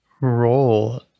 role